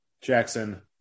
Jackson